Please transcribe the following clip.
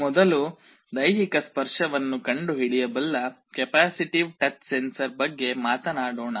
ಮೊದಲು ದೈಹಿಕ ಸ್ಪರ್ಶವನ್ನು ಕಂಡುಹಿಡಿಯಬಲ್ಲ ಕೆಪ್ಯಾಸಿಟಿವ್ ಟಚ್ ಸೆನ್ಸಾರ್ ಬಗ್ಗೆ ಮಾತನಾಡೋಣ